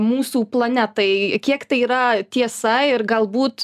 mūsų planetai kiek tai yra tiesa ir galbūt